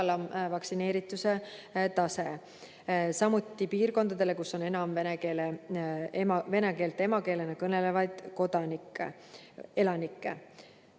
vaktsineerituse tase, sh piirkondadele, kus on enam vene keelt emakeelena kõnelevaid elanikke.